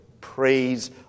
praise